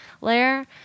layer